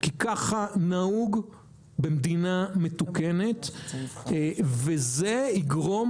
כי ככה נהוג במדינה מתוקנת וזה יגרום